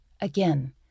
Again